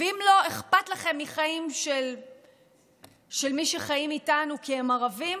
ואם לא אכפת לכם מחיים של מי שחיים איתנו כי הם ערבים,